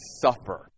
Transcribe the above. suffer